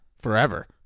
forever